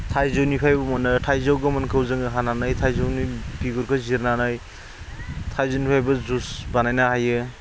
थाइजौनिफ्रायबो मोनो थाइजौ गोमोनखौ जोङो हानानै थाइजौनि बिगुरखो जिरनानै थाइजौनिफ्रायबो जुइस बानायनो हायो